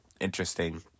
interesting